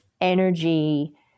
energy